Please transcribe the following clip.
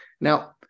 Now